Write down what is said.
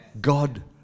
God